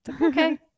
okay